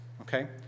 Okay